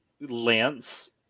Lance